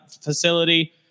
facility